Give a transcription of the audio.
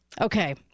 okay